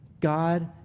God